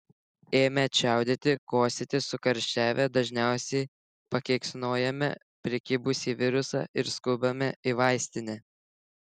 ėmę čiaudėti kosėti sukarščiavę dažniausiai pakeiksnojame prikibusį virusą ir skubame į vaistinę